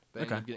okay